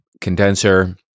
condenser